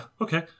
Okay